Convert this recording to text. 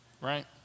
right